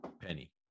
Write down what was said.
penny